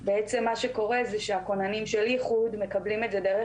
בעצם מה שקורה זה שהכוננים של איחוד מקבלים את זה דרך